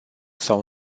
sau